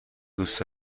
دوست